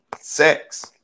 Sex